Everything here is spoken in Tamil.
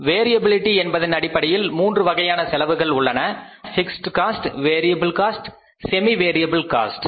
வேரியபிலிடி என்பதன் அடிப்படையில் மூன்று வகையான செலவுகள் உள்ளன அவையாவன fixed cost variable cost semi variable cost